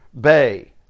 bay